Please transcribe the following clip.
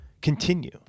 continue